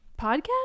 Podcast